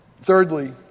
Thirdly